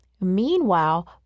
Meanwhile